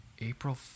April